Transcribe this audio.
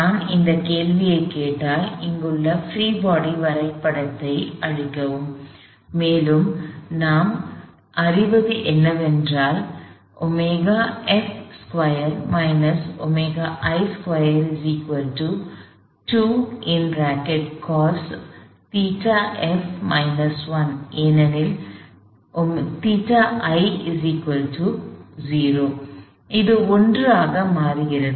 நான் அந்தக் கேள்வியைக் கேட்டால் இங்குள்ள பிரீ பாடி வரைபடத்தை அழிக்கவும் மேலும் நாம் அறிவது என்னவென்றால் ஏனெனில் ϴi 0 இது 1 ஆக மாறுகிறது